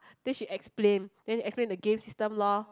then she explain then she explain the game system lor